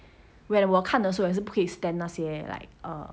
when 我看的时候也是不可以 stand 那些 like err